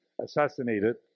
assassinated